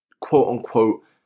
quote-unquote